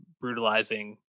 brutalizing